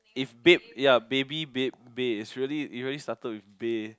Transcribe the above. if babe ya baby babe bae it really started with bae